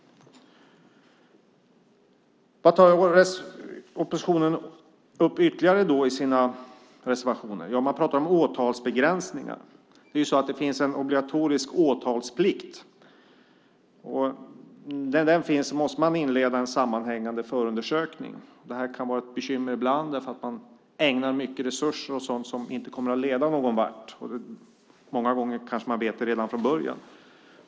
Vad tar oppositionen upp ytterligare i sina reservationer? Jo, man pratar om åtalsbegränsningar. Det finns en obligatorisk åtalsplikt, och då måste man inleda en sammanhängande förundersökning. Det kan ibland vara ett bekymmer därför att man ägnar mycket resurser åt något som inte kommer att leda någonvart, och många gånger vet man det kanske redan från början.